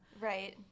Right